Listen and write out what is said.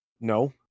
No